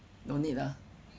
no need lah